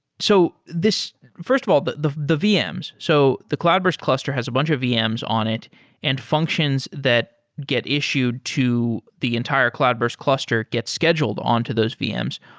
so first of all, but the the vm's. so the cloudburst cluster has a bunch of vm's on it and functions that get issued to the entire cloudburst cluster get scheduled on to those vm's.